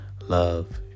love